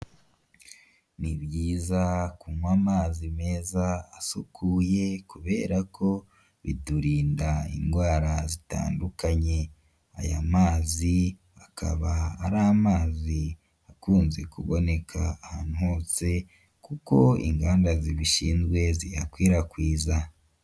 Ni byiza kunywa amazi meza asukuye kubera ko biturinda indwara zitandukanye, aya mazi akaba ari amazi akunze kuboneka ahantu hose kuko inganda zibishinzwe ziyakwirakwiza.